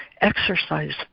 exercise